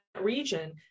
region